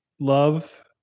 love